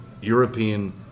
European